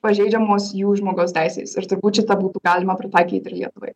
pažeidžiamos jų žmogaus teisės ir turbūt šitą būtų galima pritaikyt ir lietuvai